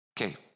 Okay